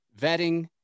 vetting